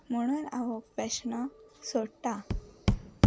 म्हणून हांव हो क्वेश्ण सोडटा